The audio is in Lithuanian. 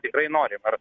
tikrai norim ar